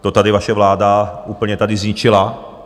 To tady vaše vláda úplně zničila.